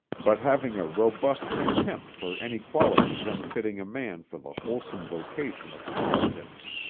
but having a robust contempt for any qualities unfitting a man for the wholesome vocation of politics.